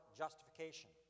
justification